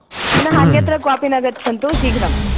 पुनः अन्यत्र क्वापि न गच्छन्तु शीघ्रम्